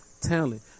talent